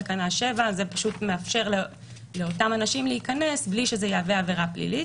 תקנה 7. זה מאפשר לאותם אנשים להיכנס בלי שזה יהווה עבירה פלילית